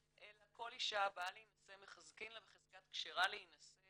אלא כל אישה הבאה להינשא מחזקים לה בחזקת כשרה להינשא